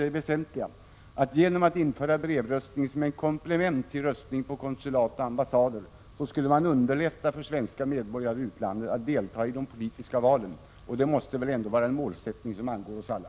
Det väsentliga är att man genom att införa brevröstning som ett komplement till röstning på konsulat och ambassader skulle underlätta för svenska medborgare i utlandet att delta ide politiska valen, och det måste väl ändå vara en målsättning som angår oss alla?